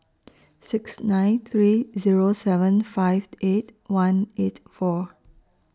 six nine three Zero seven five eight one eight four